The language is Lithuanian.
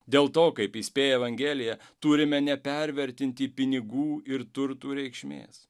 dėl to kaip įspėja evangelija turime nepervertinti pinigų ir turtų reikšmės